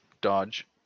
Dodge